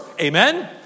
Amen